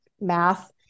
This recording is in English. math